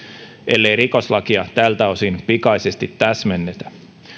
ellei rikoslakia tältä osin pikaisesti täsmennetä